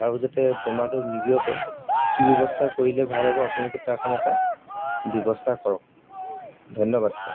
আৰু যাতে বেমাৰটো নিবিয়পে কি ব্যৱস্থা কৰিলে ভাল হ'ব আপোনালোকে তাৰ কাৰণে এটা ব্যৱস্থা কৰক ধন্যবাদ ছাৰ